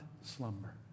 slumber